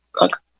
Look